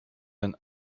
den